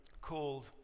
called